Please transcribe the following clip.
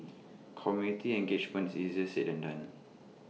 community engagement is easier said than done